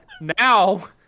Now